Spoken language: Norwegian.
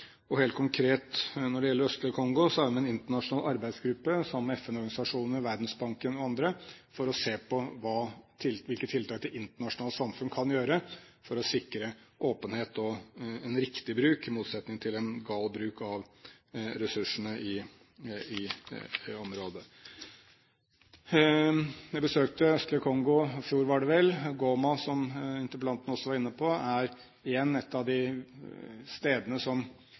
OECD. Helt konkret når det gjelder det østlige Kongo, er vi med i en internasjonal arbeidsgruppe sammen med FN-organisasjonene, Verdensbanken og andre for å se på hvilke tiltak det internasjonale samfunn kan gjøre for å sikre åpenhet og en riktig bruk, i motsetning til en gal bruk, av ressursene i området. Jeg besøkte det østlige Kongo i fjor, var det vel. Goma, som interpellanten også var inne på, er et av de stedene